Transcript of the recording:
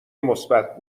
مثبت